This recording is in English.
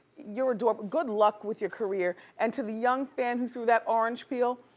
you're adorable. good luck with your career. and to the young fan who threw that orange peel,